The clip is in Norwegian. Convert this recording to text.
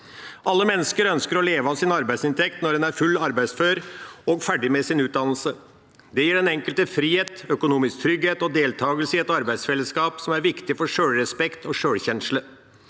Alle mennesker ønsker å leve av sin arbeidsinntekt når en er fullt arbeidsfør og ferdig med sin utdannelse. Det gir den enkelte frihet, økonomisk trygghet og deltagelse i et arbeidsfellesskap som er viktig for sjølrespekt og sjølkjensle.